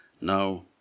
Now